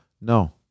no